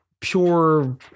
pure